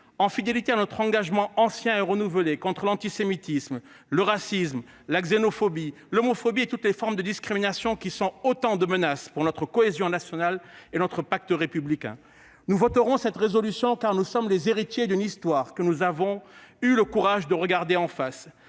en fidélité à notre engagement ancien et renouvelé contre l'antisémitisme, le racisme, la xénophobie, l'homophobie et toutes les discriminations qui sont autant de menaces pour notre cohésion nationale et notre pacte républicain. Nous voterons cette proposition de résolution, car nous sommes les héritiers d'une histoire que nous avons eu le courage de regarder en face.